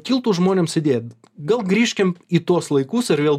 kiltų žmonėms idėja gal grįžkim į tuos laikus ir vėl